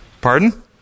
Pardon